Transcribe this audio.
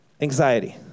Anxiety